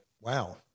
wow